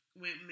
went